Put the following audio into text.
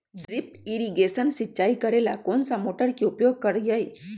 Drip irrigation सिंचाई करेला कौन सा मोटर के उपयोग करियई?